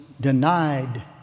denied